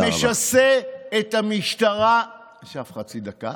הוא משסה את המשטרה, עכשיו חצי דקה,